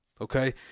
okay